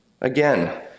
again